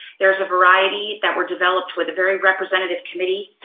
there's a variety that were developed with a very representative committee,